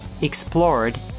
explored